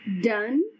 done